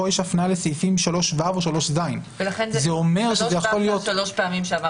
יש הפניה לסעיפים 3ו או 3ז. לכן זה שלוש פעמים.